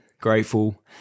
grateful